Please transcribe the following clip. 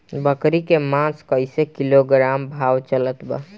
बकरी के मांस कईसे किलोग्राम भाव चलत बा?